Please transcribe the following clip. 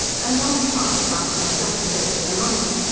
and, on trial, by some flax-dressers among us,